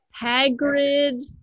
Hagrid